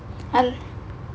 ah